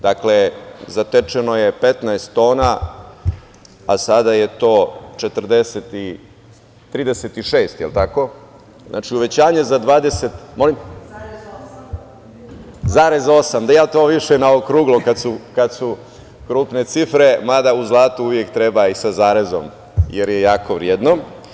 Dakle, zatečeno je 15 tona, a sada je to 36%, jel tako? (Jorgovanka Tabaković: Zarez osam.) Zarez osam, ja to više na okruglo kada su krupne cifre, mada u zlatu uvek treba i sa zarezom, jer je jako vredno.